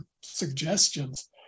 suggestions